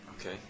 Okay